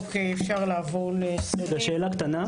שאלה קטנה: